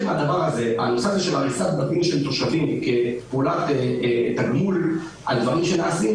הריסת בתי תושבים כפעולת תגמול על דברים שנעשים